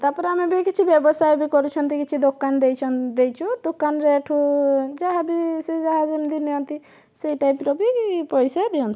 ତା'ପରେ ଆମେ ବି କିଛି ବ୍ଯବସାୟ ବି କରୁଛନ୍ତି କିଛି ଦୋକାନ ଦେଇଛୁ ଦୋକାନ ସେ'ଠୁ ଯାହା ବି ସେ ଯାହା ଯେମିତି ନିଅନ୍ତି ସେଇ ଟାଇପ୍ର ବି ପଇସା ଦିଅନ୍ତି